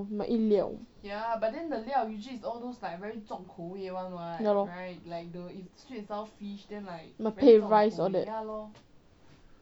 must eat 料 must 配 rice all that